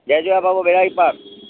जय झूलेलाल बाबा बे॒ड़ा ई पार